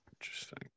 Interesting